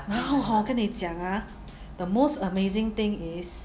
然后 hor 跟你讲 ah the most amazing thing is